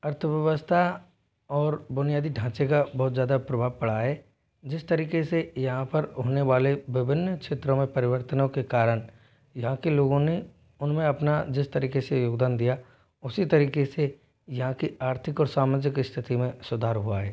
अर्थव्यवस्था और बुनियादी ढाँचे का बहुत ज़्यादा प्रभाव पड़ा है जिस तरीक़े से यहाँ पर होने वाले विभिन्न क्षेत्रों में परिवर्तनों के कारण यहाँ के लोगों ने उन में अपना जिस तरीक़े से योगदान दिया उसी तरीक़े से यहाँ की आर्थिक और सामाजिक स्थिति में सुधार हुआ है